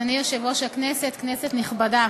אדוני היושב-ראש, כנסת נכבדה,